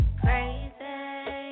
crazy